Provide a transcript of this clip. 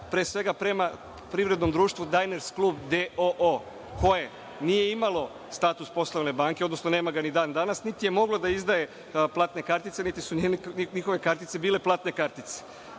pre svega prema privrednom društvu „Dajners klub“ d.o.o. koje nije imalo status poslovne banke, odnosno nema ga ni dan danas, niti je moglo da izdaje platne kartice, niti su njihove kartice bile platne kartice.